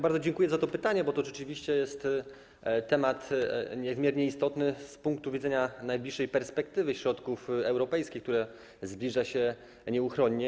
Bardzo dziękuję za to pytanie, bo to rzeczywiście jest temat niezmiernie istotny z punktu widzenia najbliższej perspektywy dotyczącej środków europejskich, której realizacja zbliża się nieuchronnie.